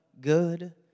good